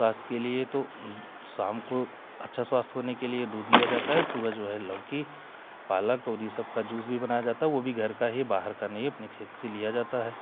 स्वास्थ्य के लिए तो शाम को अच्छा स्वास्थ्य होने के लिए दूध दिया जाता है सुबह जो है लौकी पालक और यह सब का जूस भी बनाया जाता है वो भी घर का ही बाहर का नहीं अपने खेत से लिया जाता है